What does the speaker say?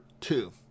two